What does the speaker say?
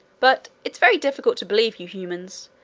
but it's very difficult to believe you humans,